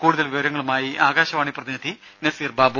കൂടുതൽ വിവരങ്ങളുമായി ആകാശവാണി പ്രതിനിധി നസീർബാബു